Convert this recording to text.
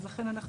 אז לכן אנחנו.